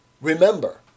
Remember